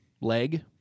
leg